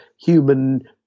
human